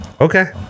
Okay